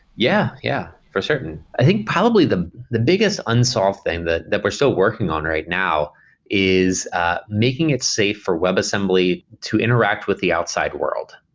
yeah. yeah, for certain. i think probably the the biggest unsolved thing that that we're still working on right now is ah making it safe for webassembly to interact with the outside world.